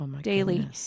daily